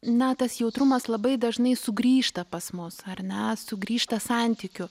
na tas jautrumas labai dažnai sugrįžta pas mus ar net sugrįžta santykiu